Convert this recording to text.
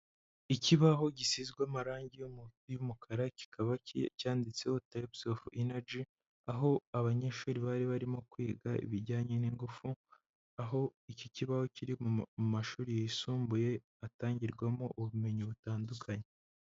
Ikibaho gisizwe amarangi y'umukara kikaba cyanditseho tayipusi ofu inaji, aho abanyeshuri bari barimo kwiga ibijyanye n'ingufu, aho iki kibaho kiri mu mashuri yisumbuye atangirwamo ubumenyi butandukanye.